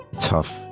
tough